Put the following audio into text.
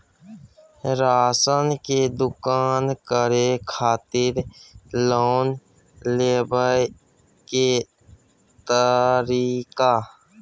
Ration के दुकान करै खातिर लोन लेबै के तरीका?